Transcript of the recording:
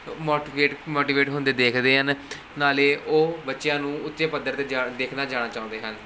motivate motivate ਹੁੰਦੇ ਦੇਖਦੇ ਹਨ ਨਾਲੇ ਉਹ ਬੱਚਿਆਂ ਨੂੰ ਉੱਚੇ ਪੱਧਰ 'ਤੇ ਜਾ ਦੇਖਣਾ ਜਾਣਾ ਚਾਹੁੰਦੇ ਹਨ